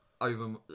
over